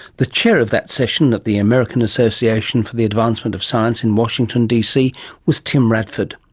the chair of that session at the american association for the advancement of science in washington dc was tim radford.